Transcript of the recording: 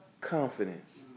Confidence